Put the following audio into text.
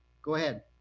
go ahead.